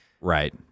Right